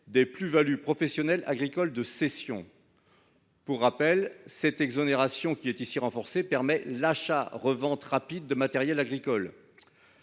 des plus values professionnelles agricoles de cession. Pour rappel, l’exonération qui est ici renforcée permet l’achat revente rapide de matériels agricoles.